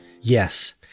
Yes